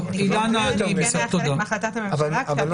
זה חלק מהחלטת הממשלה.